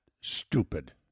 stupid